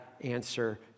answer